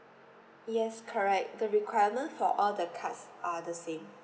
yes correct the requirement for all the cards are the same